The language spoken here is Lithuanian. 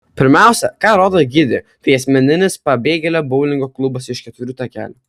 pirmiausia ką rodo gidė tai asmeninis pabėgėlio boulingo klubas iš keturių takelių